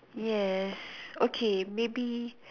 yes okay maybe